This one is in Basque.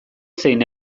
zein